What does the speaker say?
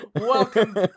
Welcome